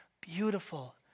beautiful